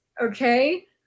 okay